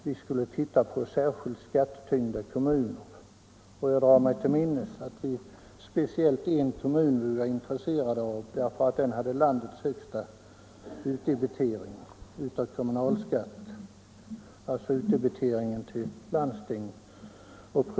Vi skulle titta på särskilt skattetyngda kommuner. Jag drar mig till minnes att det var speciellt en kommun vi var intresserade av, därför att den hade landets högsta utdebitering av kommunal och landstingsskatt.